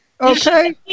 Okay